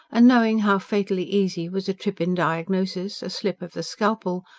and knowing how fatally easy was a trip in diagnosis, a slip of the scalpel,